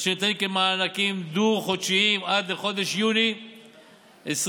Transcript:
אשר ניתנים כמענקים דו-חודשיים עד לחודש יוני 2021,